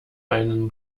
einen